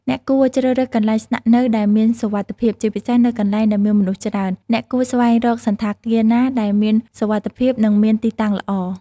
អ្នកគួរជ្រើសរើសកន្លែងស្នាក់នៅដែលមានសុវត្ថិភាព ជាពិសេសនៅកន្លែងដែលមានមនុស្សច្រើន អ្នកគួរស្វែងរកសណ្ឋាគារណាដែលមានសុវត្ថិភាព និងមានទីតាំងល្អ។